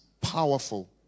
powerful